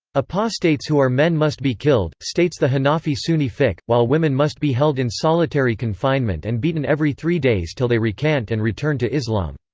apostates who are men must be killed, states the hanafi sunni fiqh, while women must be held in solitary confinement and beaten every three days till they recant and return to islam.